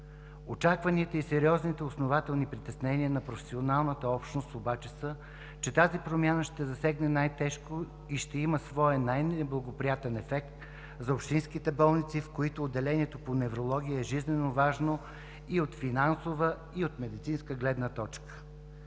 Очакванията и сериозните основателни притеснения на професионалната общност обаче са, че тази промяна ще засегне най тежко и ще има своя най-неблагоприятен ефект за общинските болници, в които отделението по неврология е жизненоважно и от финансова, и от медицинска гледна точка.